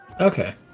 Okay